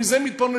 מזה הם מתפרנסים.